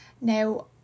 Now